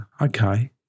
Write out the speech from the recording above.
Okay